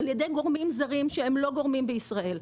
על ידי גורמים זרים שהם לא גורמים בישראל,